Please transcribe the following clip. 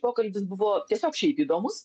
pokalbis buvo tiesiog šiaip įdomus